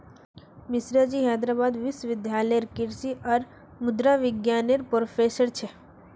मिश्राजी हैदराबाद विश्वविद्यालय लेरे कृषि और मुद्रा विज्ञान नेर प्रोफ़ेसर छे